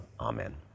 Amen